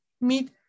meet